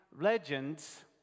legends